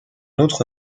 autre